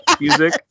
music